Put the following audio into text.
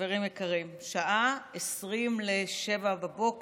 חברים יקרים, השעה 06:40